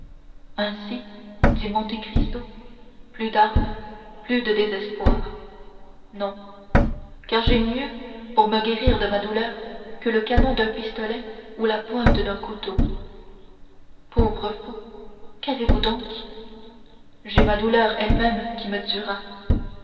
ainsi dit monte cristo plus d'armes plus de désespoir non car j'ai mieux pour me guérir de ma douleur que le canon d'un pistolet ou la pointe d'un couteau pauvre fou qu'avez-vous donc j'ai ma douleur elle-même qui me tuera